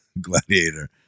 gladiator